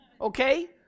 Okay